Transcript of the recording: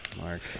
Mark